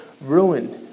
ruined